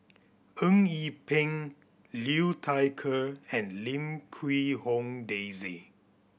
Eng Yee Peng Liu Thai Ker and Lim Quee Hong Daisy